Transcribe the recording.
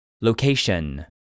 Location